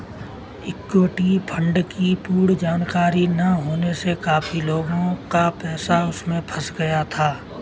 equity fund की पूर्ण जानकारी ना होने से काफी लोगों का पैसा उसमें फंस गया था